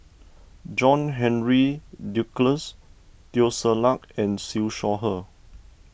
John Henry Duclos Teo Ser Luck and Siew Shaw Her